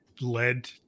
led